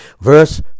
Verse